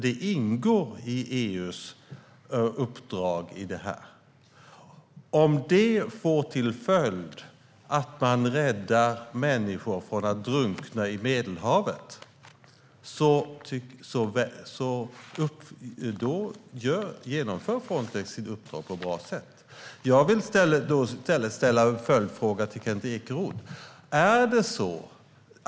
Det ingår i EU:s uppdrag när det gäller detta. Om det får till följd att man räddar människor från att drunkna i Medelhavet genomför Frontex sitt uppdrag på ett bra sätt. Jag vill ställa en fråga till Kent Ekeroth.